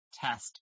test